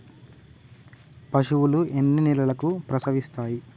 పశువులు ఎన్ని నెలలకు ప్రసవిస్తాయి?